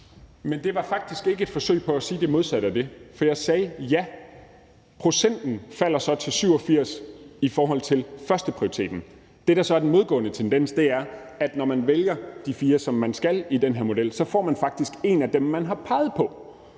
Men det var faktisk ikke et forsøg på at sige det modsatte af det. For jeg sagde, at ja, procenten falder så til 87 i forhold til førsteprioriteten. Det, der så er den modgående tendens, er, at man, når man vælger de fire, som man skal i den her model, så faktisk får en af dem, som man har peget på.